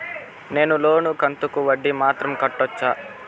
నేను లోను కంతుకు వడ్డీ మాత్రం కట్టొచ్చా?